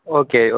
okay